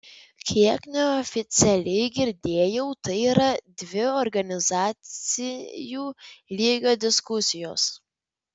kiek neoficialiai girdėjau tai yra dvi organizacijų lygio diskusijos